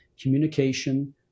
communication